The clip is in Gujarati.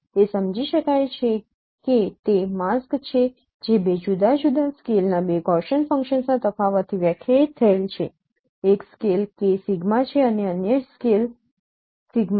તે સમજી શકાય છે કે તે માસ્ક છે જે બે જુદા જુદા સ્કેલ ના બે ગૌસિયન ફંકશન્સના તફાવતથી વ્યાખ્યાયિત થયેલ છે એક સ્કેલ છે અને અન્ય સ્કેલ છે